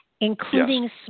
including